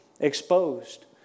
exposed